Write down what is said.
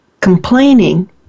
complaining